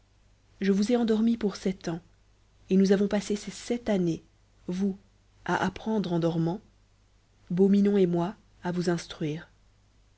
je vous ai endormie pour sept ans et nous avons passé ces sept années vous à apprendre en dormant beau minon et moi à vous instruire